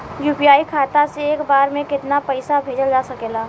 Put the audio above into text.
UPI खाता से एक बार म केतना पईसा भेजल जा सकेला?